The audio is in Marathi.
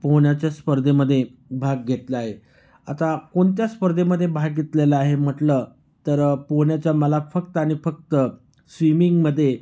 पोहण्याच्या स्पर्धेमध्ये भाग घेतला आहे आता कोणत्या स्पर्धेमध्ये भाग घेतलेला आहे म्हटलं तर पोहण्याचा मला फक्त आणि फक्त स्वीमिंगमध्ये